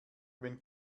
wenn